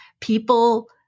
People